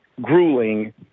grueling